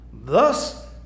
Thus